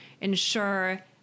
ensure